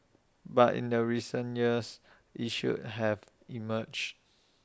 but in the recent years issues have emerged